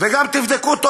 וגם תבדקו טוב,